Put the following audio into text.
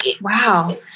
wow